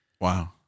Wow